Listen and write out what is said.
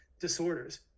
disorders